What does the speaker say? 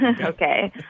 Okay